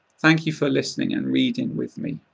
thank you for listening and reading with me.